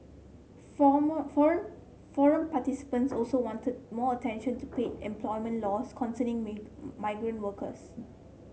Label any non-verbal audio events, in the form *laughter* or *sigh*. *unintelligible* *unintelligible* forum participants also wanted more attention to paid employment laws concerning *unintelligible* migrant workers